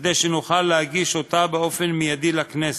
כדי שנוכל להגיש אותה מייד לכנסת.